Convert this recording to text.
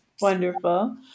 Wonderful